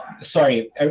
sorry